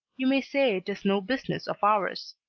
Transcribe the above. you may say it is no business of ours.